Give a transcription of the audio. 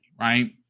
right